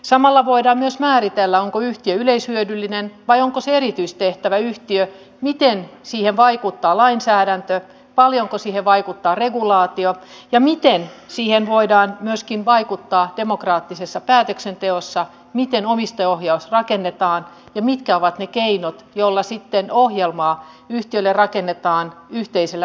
samalla voidaan myös määritellä onko yhtiö yleishyödyllinen vai onko se erityistehtäväyhtiö miten siihen vaikuttaa lainsäädäntö paljonko siihen vaikuttaa regulaatio ja miten siihen voidaan myöskin vaikuttaa demokraattisessa päätöksenteossa miten omistajaohjaus rakennetaan ja mitkä ovat ne keinot joilla sitten ohjelmaa yhtiölle rakennetaan yhteisellä päätöksenteolla